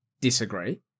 disagree